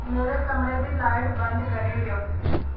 मेरे कमरे दी लाइट बंद करी ओड़ेओ